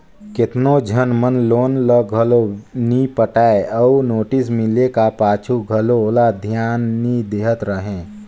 केतनो झन मन लोन ल घलो नी पटाय अउ नोटिस मिले का पाछू घलो ओला धियान नी देहत रहें